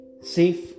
safe